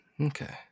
Okay